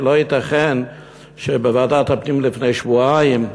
כי לא ייתכן שבוועדת הפנים לפני שבועיים,